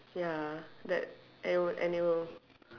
ya that and it will and it will